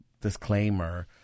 disclaimer